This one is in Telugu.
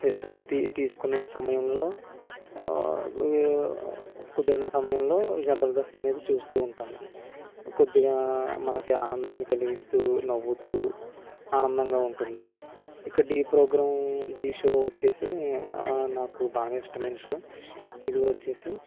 విశ్రాంతి తీసుకునే సమయంలో కుదిరిన సమయంలో ఈ జబర్దస్త్ అనేది చూస్తూ ఉంటాను కొద్దిగా మనకి ఆనందాన్ని కలిగిస్తూ నవ్వుతూ ఆనందంగా ఉంటుంది ఇక ఢీ ప్రోగ్రాం ఢీ షో వచ్చేసి నాకు బాగా ఇష్టమైన షో ఇది వచ్చేసి